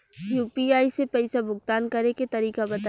UPI से पईसा भुगतान करे के तरीका बताई?